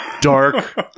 dark